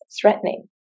threatening